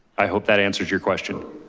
i hope that answers your question.